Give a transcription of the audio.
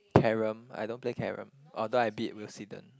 carom I don't play carom although I beat Wilsidon